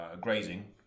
grazing